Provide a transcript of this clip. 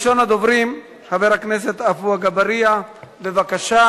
הצעות לסדר-היום שמספרן מס'